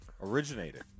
originated